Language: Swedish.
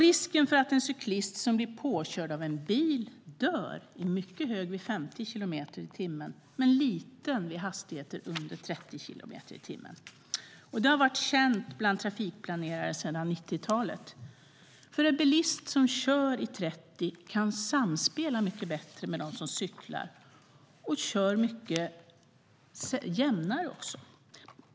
Risken för att en cyklist som blir påkörd av en bil dör är mycket hög vid 50 kilometer i timmen, men liten vid hastigheter under 30 kilometer i timmen. Det har varit känt bland trafikplanerare sedan 90-talet. En bilist som kör i 30 kan samspela mycket bättre med dem som cyklar och kör också mycket jämnare.